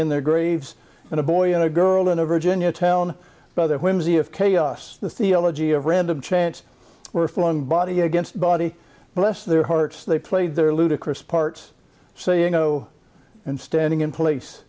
in their graves and a boy and a girl in a virginia town by their whimsy of chaos the theology of random chance were flung body against body bless their hearts they played their ludicrous parts so you know and standing in place